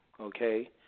Okay